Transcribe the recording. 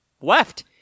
left